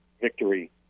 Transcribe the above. victory